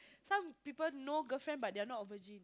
some people no girlfriend but they are not a virgin